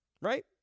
Right